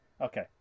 Okay